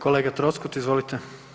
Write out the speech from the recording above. Kolega Troskot izvolite.